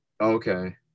Okay